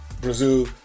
Brazil